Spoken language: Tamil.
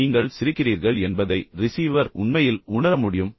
எனவே நீங்கள் சிரிக்கிறீர்கள் என்பதை ரிசீவர் உண்மையில் உணர முடியும்